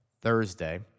Thursday